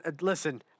Listen